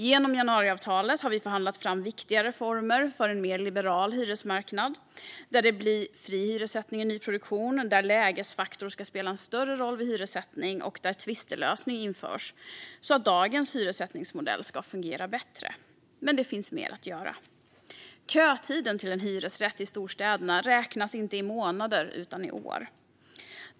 Genom januariavtalet har vi förhandlat fram viktiga reformer för en mer liberal hyresmarknad där det blir fri hyressättning i nyproduktion, där lägesfaktor ska spela en större roll vid hyressättning och där en tvistlösning införs så att dagens hyressättningsmodell ska fungera bättre. Men det finns mer att göra. Kötiden till en hyresrätt i storstäderna räknas inte i månader utan i år.